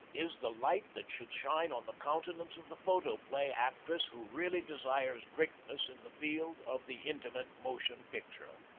is the light that should shine on the countenance of the photoplay actress who really desires greatness in the field of the intimate motion picture.